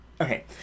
Okay